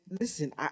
listen